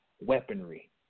weaponry